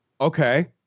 okay